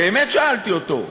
באמת שאלתי אותו,